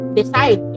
decide